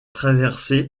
traversé